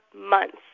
months